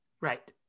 Right